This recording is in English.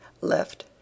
Left